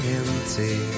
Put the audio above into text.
empty